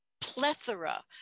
plethora